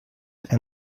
and